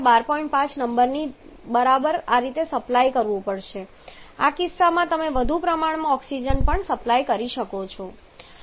5 નંબરની જેમ બરાબર આ રીતે સપ્લાય કરવું પડશે આ કિસ્સામાં તમે વધુ પ્રમાણમાં ઓક્સિજન પણ સપ્લાય કરી શકો છો